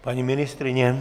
Paní ministryně?